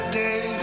day